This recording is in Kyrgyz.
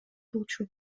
болчу